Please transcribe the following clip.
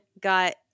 got